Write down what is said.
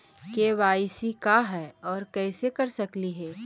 KYC का है, और कैसे कर सकली हे?